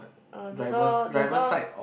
uh the door the door